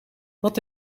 wat